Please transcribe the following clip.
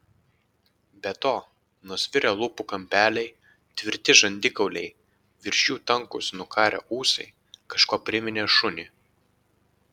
be to nusvirę lūpų kampeliai tvirti žandikauliai virš jų tankūs nukarę ūsai kažkuo priminė šunį